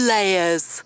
Layers